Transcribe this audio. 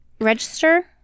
register